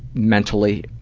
mentally,